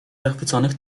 zachwyconych